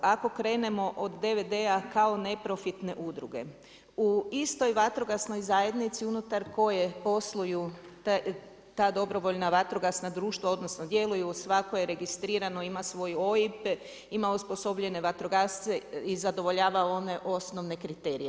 Ako krenemo od DVD-a kao neprofitne udruge, u istoj vatrogasnoj zajednici unutar koje posluju ta dobrovoljna vatrogasna društva, odnosno, djeluju, svako je registrirano ima svoj OIB ima osposobljene vatrogasce i zadovoljava one osnovne kriterije.